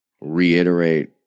reiterate